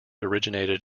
originated